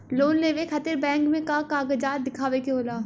Loan लेवे खातिर bank मे का कागजात दिखावे के होला?